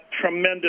tremendous